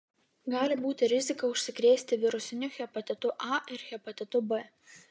gali būti rizika užsikrėsti virusiniu hepatitu a ir hepatitu b